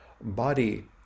body